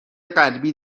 قلبی